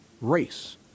race